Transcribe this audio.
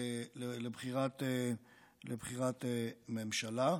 לבחירת ממשלה.